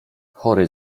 chory